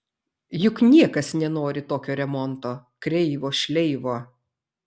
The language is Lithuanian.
juk niekas nenori tokio remonto kreivo šleivo